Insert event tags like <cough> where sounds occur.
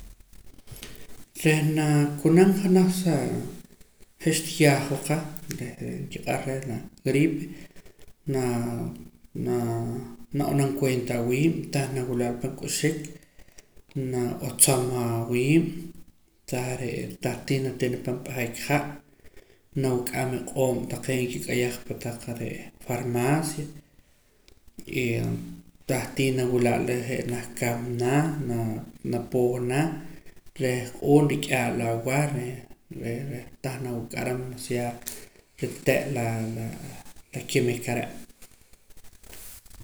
Reh naa kunam janaj saa je' xtiyaajw qa reh re'ee nkiq'ar la gripe naa naa nab'anam kueenta awiib' ntah nawila'la pan k'uxik naa b'atzam awiib' tah re'ee tah tii natina pan p'ajaik ha' nawuk'am eq'oom taqee' nkik'ayaj pataq re'ee farmaacia y <hesitation> tah tii nawila'la re' je' naj kamna naa napuhna reh q'uun rik'ia'la awah reh reh reh tah nawuk'aram masiaa rite' laa la kimik are'